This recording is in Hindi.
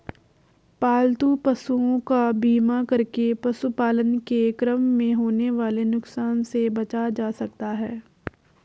पालतू पशुओं का बीमा करके पशुपालन के क्रम में होने वाले नुकसान से बचा जा सकता है